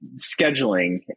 scheduling